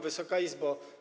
Wysoka Izbo!